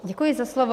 Děkuji za slovo.